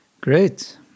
Great